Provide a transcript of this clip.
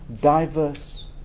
diverse